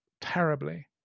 terribly